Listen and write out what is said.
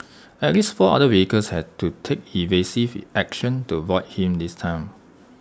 at least four other vehicles had to take evasive action to avoid him this time